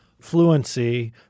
Fluency